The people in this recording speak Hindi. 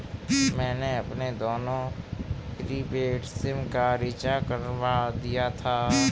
मैंने मेरे दोनों प्रीपेड सिम का रिचार्ज करवा दिया था